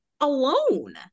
alone